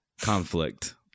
Conflict